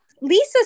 lisa